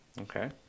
Okay